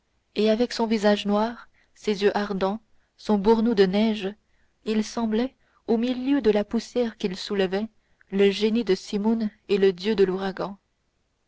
et avec son visage noir ses yeux ardents son burnous de neige il semblait au milieu de la poussière qu'il soulevait le génie du simoun et le dieu de l'ouragan